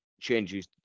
changes